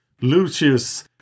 Lucius